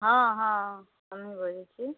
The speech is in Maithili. हॅं हॅं हमहीं बजै छी